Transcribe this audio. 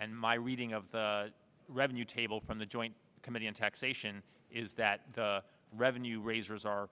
and my reading of the revenue table from the joint committee on taxation is that revenue raisers are